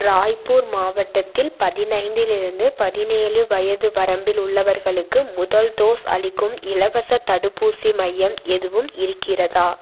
ராய்ப்பூர் மாவட்டத்தில் பதினைந்திலிருந்து பதினேழு வயது வரம்பில் உள்ளவர்களுக்கு முதல் டோஸ் அளிக்கும் இலவசத் தடுப்பூசி மையம் எதுவும் இருக்கிறதா